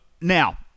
Now